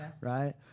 right